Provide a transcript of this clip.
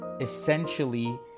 essentially